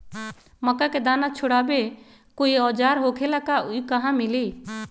मक्का के दाना छोराबेला कोई औजार होखेला का और इ कहा मिली?